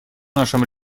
нашем